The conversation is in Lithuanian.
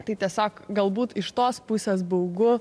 tai tiesiog galbūt iš tos pusės baugu